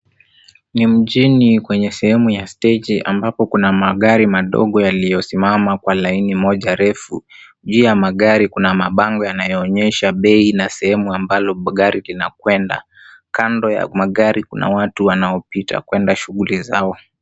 Ni mjini kwenye sehemu ya steji ambapo kuna magari madogo yaliyo simama, kwa laini moja refu. Juu ya magari kuna mabango, yanayoonyesha bei na sehemu ambalo magari linakwenda, kando ya magari na watu wanaopita kwenda shughuli zao.